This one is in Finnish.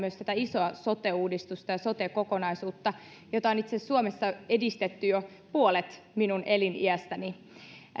myös tätä isoa sote uudistusta ja sote kokonaisuutta jota on itse asiassa suomessa edistetty jo puolet minun eliniästäni